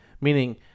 Meaning